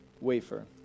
wafer